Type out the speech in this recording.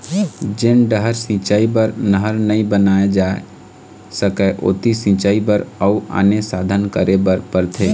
जेन डहर सिंचई बर नहर नइ बनाए जा सकय ओती सिंचई बर अउ आने साधन करे बर परथे